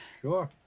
Sure